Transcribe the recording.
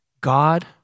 God